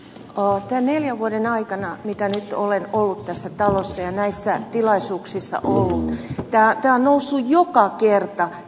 tämän neljän vuoden aikana jonka nyt olen ollut tässä talossa ja näissä tilaisuuksissa ollut tämä on noussut esille joka kerta